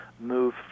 Move